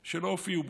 שלא הופיעו בו.